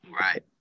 Right